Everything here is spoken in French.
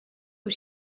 aux